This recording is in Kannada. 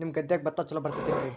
ನಿಮ್ಮ ಗದ್ಯಾಗ ಭತ್ತ ಛಲೋ ಬರ್ತೇತೇನ್ರಿ?